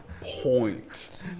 point